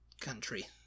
country